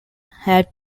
had